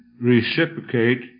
reciprocate